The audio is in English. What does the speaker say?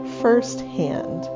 firsthand